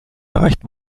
erreicht